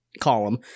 column